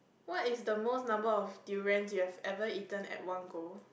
what is the most number of durians you've ever eaten at one go